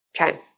Okay